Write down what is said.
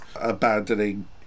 abandoning